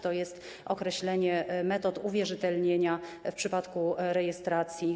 To jest określenie metod uwierzytelnienia w przypadku rejestracji.